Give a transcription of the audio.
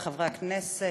חברי חברי הכנסת,